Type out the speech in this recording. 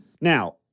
Now